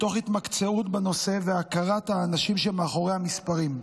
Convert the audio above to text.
מתוך התמקצעות בנושא והכרת האנשים שמאחורי המספרים,